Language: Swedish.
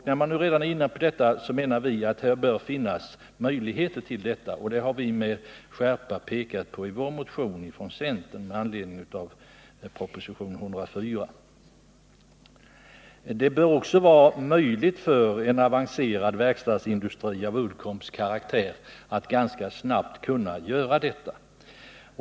När man nu redan är inne på detta, menar vi att det här bör finnas möjligheter, och det har vi med skärpa pekat på i vår motion från centern med anledning av propositionen 104. Det bör också vara möjligt för en avancerad verkstadsindustri av Uddcombs karaktär att ganska snabbt kunna göra detta.